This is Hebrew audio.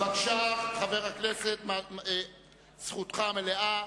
בבקשה, חבר הכנסת, זכותך המלאה.